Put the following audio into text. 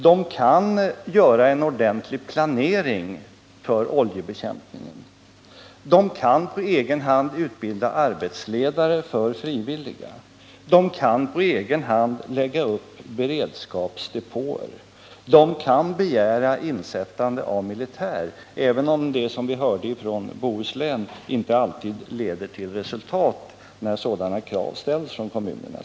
De kan göra en ordentlig planering för oljebekämpningen. De kan på egen hand utbilda arbetsledare för frivilliga. De kan på egen hand lägga upp beredskapsdepåer. De kan begära insättande av militär, även om det, som vi hörde från Bohuslän, inte alltid leder till resultat när sådana krav ställs av kommunerna.